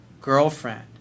girlfriend